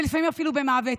ולפעמים אפילו במוות.